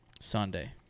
Sunday